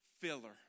filler